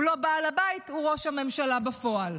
הוא לא בעל הבית, הוא ראש הממשלה בפועל.